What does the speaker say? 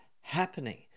happening